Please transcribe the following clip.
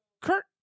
Kurt